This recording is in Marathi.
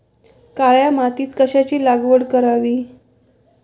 काळ्या मातीत कशाची लागवड करावी?